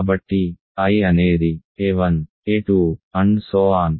కాబట్టి I అనేది a1 a2